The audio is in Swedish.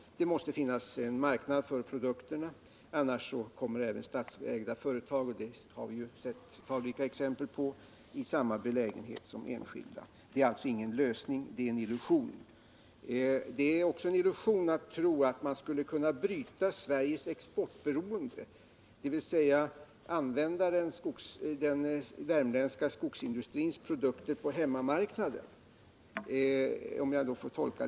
Det måste finnas en marknad för produkterna, och om det inte gör det kommer även statsägda företag — det har vi ju sett talrika exempel på — i samma belägenhet som enskilda. Raul Blächers resonemang här innebär alltså inte någon lösning, utan det är en illusion. Det är också en illusion att tro att man skulle kunna bryta Sveriges exportberoende genom att — om jag tolkar det rätt — använda den värmländska skogsindustrins produkter på hemmamarknaden.